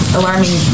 alarming